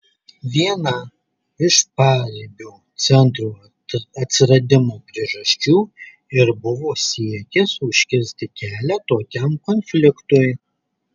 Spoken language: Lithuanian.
viena iš paribio centro atsiradimo priežasčių ir buvo siekis užkirsti kelią tokiam konfliktui